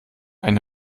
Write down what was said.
ein